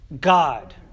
God